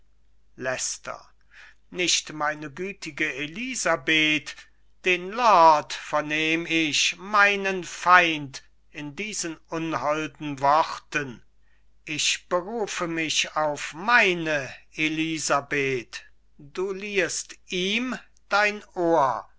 nicht meine gütige elisabeth den lord vernehm ich meinen feind in diesen unholden worten ich berufe mich auf meine elisabeth du liehest ihm dein ohr